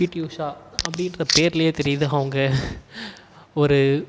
B T Usha அப்படின்ற பெர்லையே தெரியுது அவங்க ஒரு